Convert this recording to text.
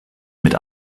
mit